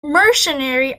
mercenary